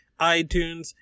iTunes